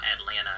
Atlanta